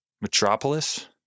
metropolis